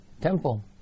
Temple